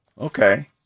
okay